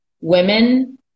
women